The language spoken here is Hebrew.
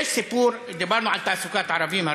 דיברנו הרבה על תעסוקת ערבים.